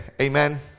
Amen